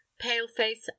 pale-face